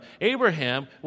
Abraham